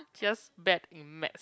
just bad in maths